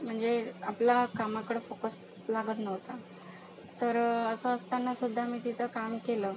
म्हणजे आपला कामाकडं फोकस लागत नव्हता तर असं असताना सुद्धा मी तिथं काम केलं